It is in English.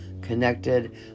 connected